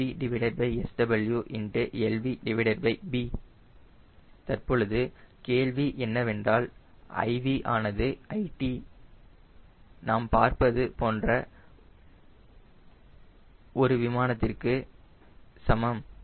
4 SVSWlvb தற்பொழுது கேள்வி என்னவென்றால் lv ஆனது lt நாம் பார்ப்பது போன்ற ஒரு விமானத்திற்கு சமம்